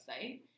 website